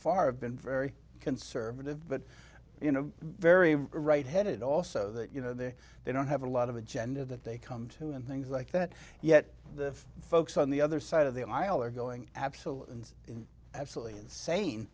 far have been very conservative but you know very right headed also that you know they they don't have a lot of agenda that they come to and things like that yet the folks on the other side of the aisle are going absolutely absolutely insane